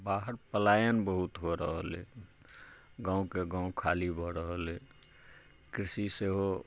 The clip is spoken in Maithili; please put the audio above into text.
बाहर पलायन बहुत हो रहल अछि गाँवके गाँव खाली भऽ रहल अछि कृषि सेहो